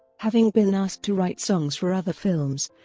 having been asked to write songs for other films